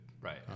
Right